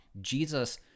Jesus